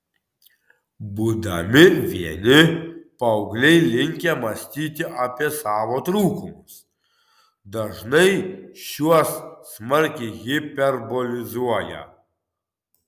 būdami vieni paaugliai linkę mąstyti apie savo trūkumus dažnai šiuos smarkiai hiperbolizuoja